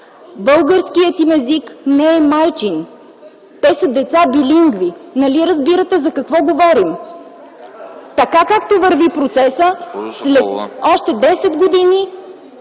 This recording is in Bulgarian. българският им език не е майчин, те са деца билингви. Нали разбирате за какво говорим? Както върви процесът, още 10 години,